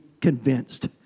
convinced